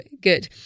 good